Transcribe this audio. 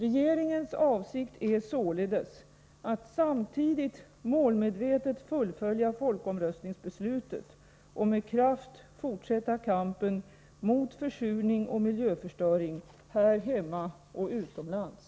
Regeringens avsikt är således att samtidigt målmedvetet fullfölja folkomröstningsbeslutet och med kraft fortsätta kampen mot försurning och miljöförstöring här hemma och utomlands.